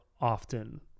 often